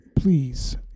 please